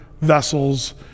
vessels